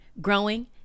growing